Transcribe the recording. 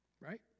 right